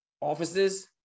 offices